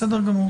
בסדר גמור.